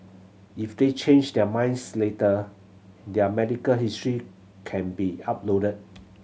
if they change their minds later their medical history can be uploaded